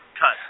cut